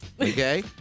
okay